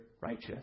righteous